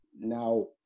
Now